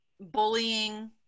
bullying